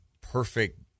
perfect